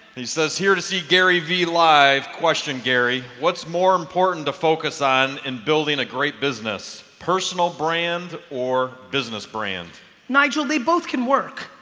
he says here to see gary v live question, gary what's more important to focus on in building a great business? personal brand or business brand nigel they both can work